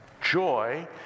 Joy